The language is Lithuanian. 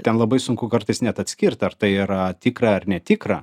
ten labai sunku kartais net atskirt ar tai yra tikra ar netikra